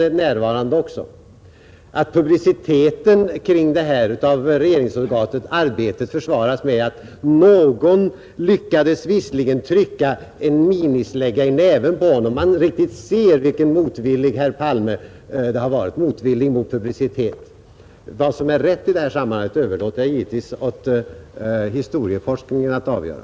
Publiciteten i detta sammanhang försvaras av regeringsorganet Arbetet med att någon lyckades trycka en minislägga i näven på herr Palme; man riktigt ser hur motvillig mot publicitet herr Palme var. Vad som är rätt i detta sammanhang överlåter jag givetvis åt historieforskningen att avgöra.